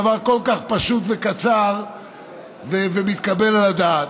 דבר כל כך פשוט וקצר ומתקבל על הדעת.